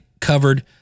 covered